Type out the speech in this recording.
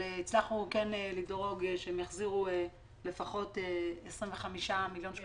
אבל הצלחנו כן לדאוג שהם יחזירו לפחות 25 מיליון שקלים לעניין.